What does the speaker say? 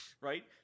Right